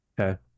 Okay